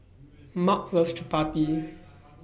Maud loves Chapati